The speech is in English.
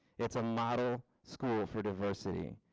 it's a model school for diversity.